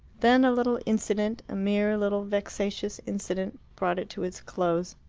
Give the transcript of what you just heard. then a little incident a mere little vexatious incident brought it to its close.